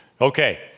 Okay